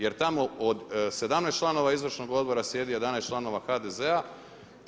Jer tamo od 17 članova izvršnog odbora sjedi 11 članova HDZ-a.